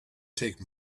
take